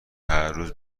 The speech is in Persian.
هرروز